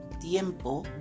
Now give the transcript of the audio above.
tiempo